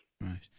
Right